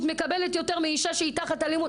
מקבלת יותר מאישה שהיא תחת אלימות.